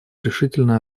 решительно